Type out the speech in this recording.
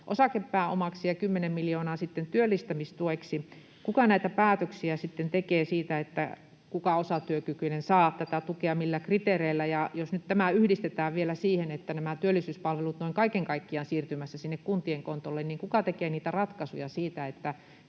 osakepääomaksi ja 10 miljoonaa sitten työllistämistueksi. Kuka näitä päätöksiä sitten tekee siitä, kuka osatyökykyinen saa tätä tukea ja millä kriteereillä? Ja jos nyt tämä yhdistetään vielä siihen, että nämä työllisyyspalvelut ovat noin kaiken kaikkiaan siirtymässä kuntien kontolle, niin kuka tekee niitä ratkaisuja siitä,